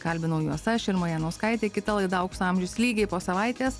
kalbinau juos aš irma janauskaitė kita laida aukso amžius lygiai po savaitės